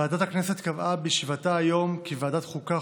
ועדת הכנסת קבעה בישיבתה היום כי ועדת החוקה,